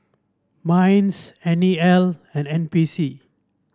Minds N E L and N P C